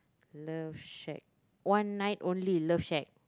love shack one night only love shack